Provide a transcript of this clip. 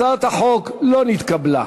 הצעת החוק לא נתקבלה.